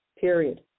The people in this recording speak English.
period